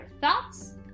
thoughts